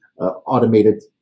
automated